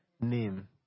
name